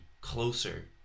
closer